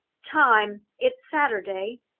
time? it's saturday!